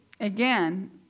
again